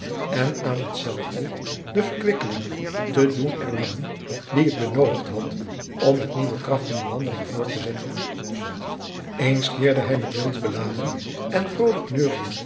en aan hetzelve de verkwikking te doen erlangen die het benoodigd had om met nieuwe krachten de wandeling voort te zetten eens keerde hij met wild beladen en vrolijk neuriënde